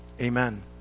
Amen